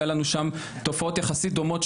היה לנו שם תופעות יחסית דומות,